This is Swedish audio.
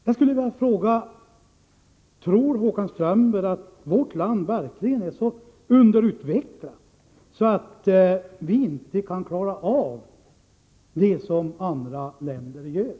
Jag vill fråga: Tror Håkan Strömberg att vårt land verkligen är så underutvecklat att vi inte kan klara det som andra länder klarar?